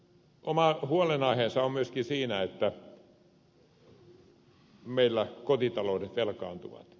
oma huolenaiheensa on myöskin siinä että meillä kotitaloudet velkaantuvat